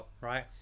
right